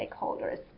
stakeholders